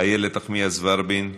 איילת נחמיאס ורבין,